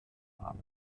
haben